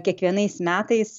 kiekvienais metais